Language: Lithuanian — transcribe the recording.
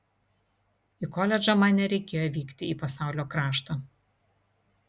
į koledžą man nereikėjo vykti į pasaulio kraštą